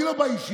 אני לא בא אישית,